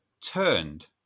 turned